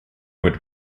would